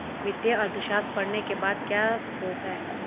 वित्तीय अर्थशास्त्र पढ़ने के बाद क्या स्कोप है?